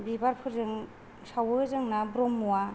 बिबारफोरजों सावो जोंना ब्रह्मआ